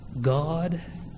God